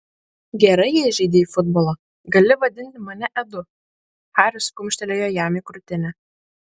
gerai jei žaidei futbolą gali vadinti mane edu haris kumštelėjo jam į krūtinę